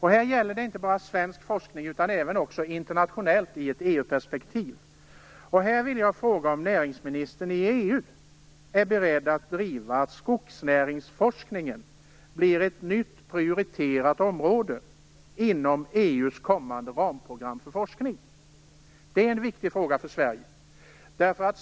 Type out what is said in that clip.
Här gäller det inte bara svensk forskning, utan även internationell forskning i ett EU-perspektiv. Jag vill fråga om näringsministern i EU är beredd att driva att skogsnäringsforskningen blir ett nytt prioriterat område inom EU:s kommande ramprogram för forskning. Det är en viktig fråga för Sverige.